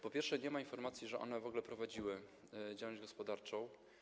Po pierwsze, nie ma informacji, że one w ogóle prowadziły działalność gospodarczą.